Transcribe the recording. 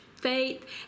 faith